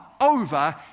over